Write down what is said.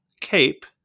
cape